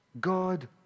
God